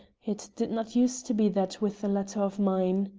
it did not use to be that with a letter of mine!